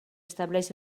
estableix